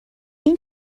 این